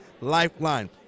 Lifeline